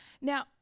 Now